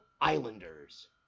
Islanders